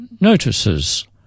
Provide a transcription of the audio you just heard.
notices